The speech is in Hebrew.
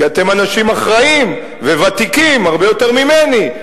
כי אתם אנשים אחראיים וותיקים הרבה יותר ממני,